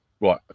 Right